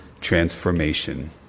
transformation